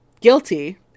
guilty